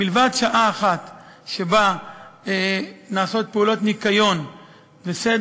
מלבד שעה אחת שבה נעשות פעולות ניקיון וסדר,